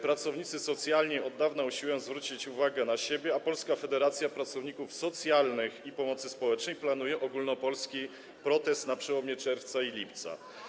Pracownicy socjalni od dawna usiłują zwrócić uwagę na siebie, a Polska Federacja Związkowa Pracowników Socjalnych i Pomocy Społecznej planuje ogólnopolski protest na przełomie czerwca i lipca.